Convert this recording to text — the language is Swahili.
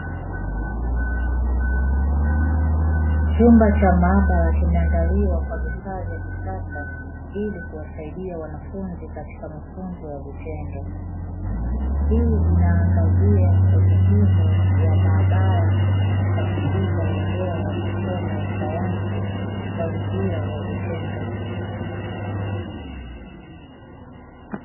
Chumba cha maabara kimeandaliwa kwa vifaa vya kisasa ili kuwasaidia wanafunzi katika mafunzo ya vitendo. Hii inaangazia umuhimu wa maabara katika kukuza uelewa wa masomo ya sayansi kwa njia ya vitendo.